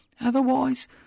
Otherwise